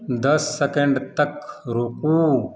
दस सेकेण्ड तक रुकू